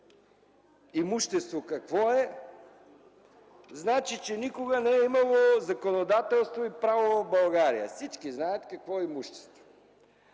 „имущество”, значи че никога не е имало законодателство и право в България. Всички знаят какво е имущество!